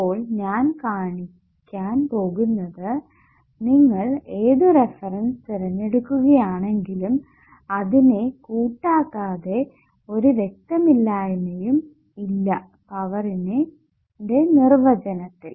അപ്പോൾ ഞാൻ കാണിക്കാൻ പോകുന്നത് നിങ്ങൾ ഏതു റഫറൻസ് തിരഞ്ഞെടുക്കുകയാണെങ്കിലും അതിനെ കൂട്ടാക്കാതെ ഒരു വ്യക്തതയില്ലായ്മയും ഇല്ല പവറിന്റെ നിർവചനത്തിൽ